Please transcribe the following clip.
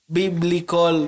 biblical